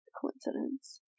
coincidence